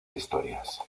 historias